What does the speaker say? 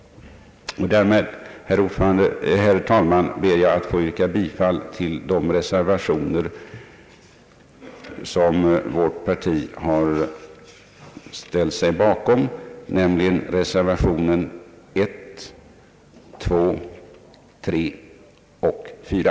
Herr talman! Därmed ber jag att få yrka bifall till de reservationer som vårt parti har ställt sig bakom, nämligen reservationerna 1, 2, 3 och 4.